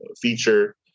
feature